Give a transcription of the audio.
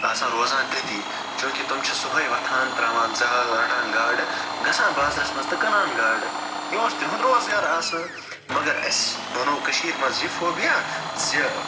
آسان روزان تٔتی چونٛکہ تِم چھِ صُبحٲے وۄتھان ترٛاوان زال رَٹان گاڈٕ گژھان بازرَس منٛز تہٕ کٕنان گاڈٕ یہِ اوس تِہُنٛد روزگار آسان مگر اسہِ بنوو کٔشیٖرِ منٛز یہِ فوبِیہ زِ